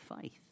faith